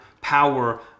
power